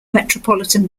metropolitan